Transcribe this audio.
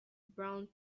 brown